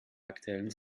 aktuellen